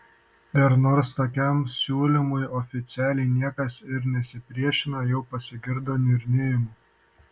ir nors tokiam siūlymui oficialiai niekas ir nesipriešino jau pasigirdo niurnėjimų